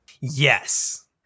Yes